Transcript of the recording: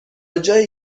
جایی